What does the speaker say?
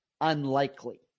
unlikely